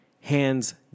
hands